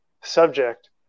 subject